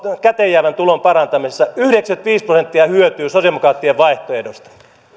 käteenjäävän tulon parantamisessa yhdeksänkymmentäviisi prosenttia hyötyy sosialidemokraattien vaihtoehdosta